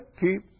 keep